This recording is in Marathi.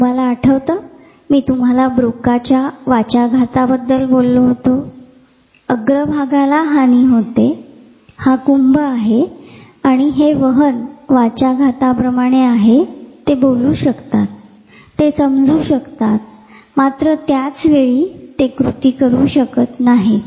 तुम्हाला आठवते मी तुम्हाला ब्रोकाच्या वाचाघाताबद्दल बोललो होतो अग्र भागाला हानी होते हा कुंभ आहे आणि हे वहन वाचाघाताप्रमाणे आहे ते बोलू शकतात ते समजू शकतात मात्र त्याच वेळी ते कृती करून शकत नाहीत